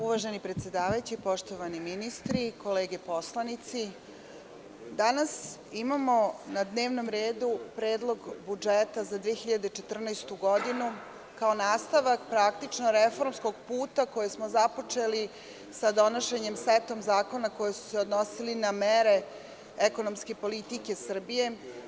Uvaženi predsedavajući, poštovani ministri, kolege poslanici, danas imamo na dnevnom redu Predlog budžeta za 2014. godinu kao nastavak praktično reformskog puta koji smo započeli sa donošenjem seta zakona koji se odnosio na mere ekonomske politike Srbije.